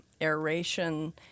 aeration